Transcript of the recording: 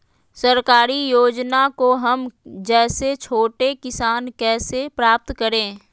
सरकारी योजना को हम जैसे छोटे किसान कैसे प्राप्त करें?